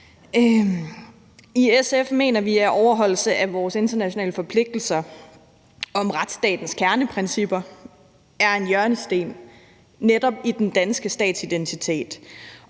I SF mener vi, at overholdelse af vores internationale forpligtelser om retsstatens kerneprincipper er en hjørnesten netop i den danske stats identitet